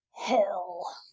hell